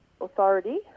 Authority